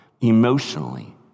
emotionally